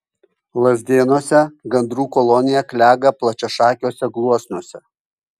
lazdėnuose gandrų kolonija klega plačiašakiuose gluosniuose